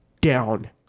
down